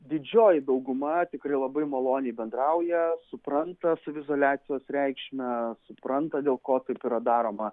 didžioji dauguma tikrai labai maloniai bendrauja supranta saviizoliacijos reikšmę supranta dėl ko taip yra daroma